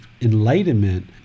enlightenment